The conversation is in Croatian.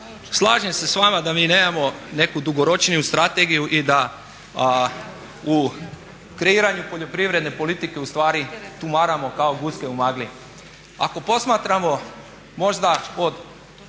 slažem se s vama da mi nemamo neku dugoročniju strategiju i da u kreiranju poljoprivredne politike ustvari tumaramo kao guske u magli. Ako posmatramo možda od